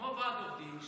כמו ועד עובדים,